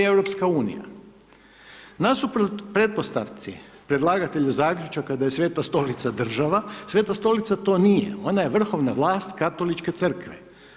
Nasuprot pretpostavci predlagatelju zaključka da je Sveta Stolica država, Sveta Stolica to nije, ona je vrhovna vlast Katoličke crkve.